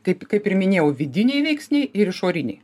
taip kaip ir minėjau vidiniai veiksniai ir išoriniai